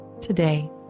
today